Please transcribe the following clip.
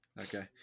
Okay